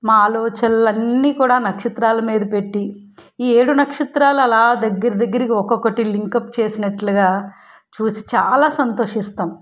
మా ఆలోచనలు అన్నీ కూడా ఆ నక్షత్రాల మీద పెట్టి ఈ ఏడు నక్షత్రాలు అలా దగ్గర దగ్గరగా ఒకొక్కటి లింక్అప్ చేసినట్టుగా చూసి చాలా సంతోషిస్తాం